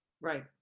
Right